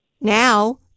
Now